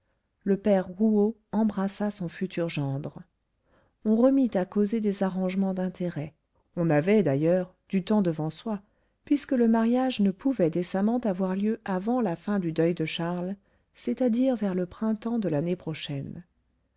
le père rouault embrassa son futur gendre on remit à causer des arrangements d'intérêt on avait d'ailleurs du temps devant soi puisque le mariage ne pouvait décemment avoir lieu avant la fin du deuil de charles c'est-à-dire vers le printemps de l'année prochaine